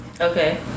Okay